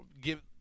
give